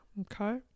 Okay